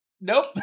Nope